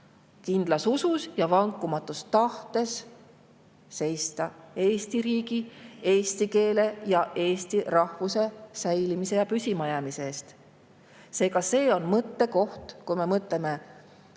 kindlas usus ja vankumatus tahtes seista Eesti riigi, eesti keele ja eesti rahvuse säilimise ja püsimajäämise eest. Seega, see on mõttekoht. Mõtleme